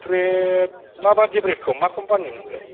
bread माबादि ब्रेडखौ मा कम्पानिनि मोनलाय